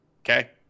Okay